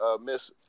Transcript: Miss